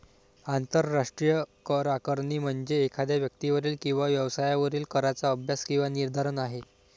आंतरराष्ट्रीय करआकारणी म्हणजे एखाद्या व्यक्तीवरील किंवा व्यवसायावरील कराचा अभ्यास किंवा निर्धारण आहे